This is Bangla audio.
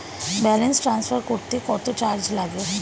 ব্যালেন্স ট্রান্সফার করতে কত চার্জ লাগে?